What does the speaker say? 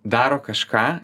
daro kažką